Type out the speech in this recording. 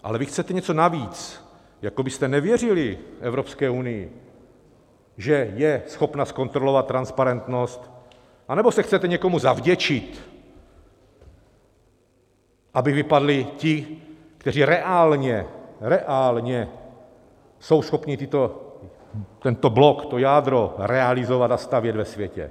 Ale vy chcete něco navíc, jako byste nevěřili Evropské unii, že je schopna zkontrolovat transparentnost, anebo se chcete někomu zavděčit, aby vypadli ti, kteří reálně reálně jsou schopni tento blok, to jádro realizovat a stavět ve světě.